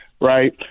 right